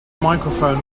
microphone